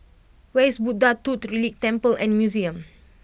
where is Buddha Tooth Relic Temple and Museum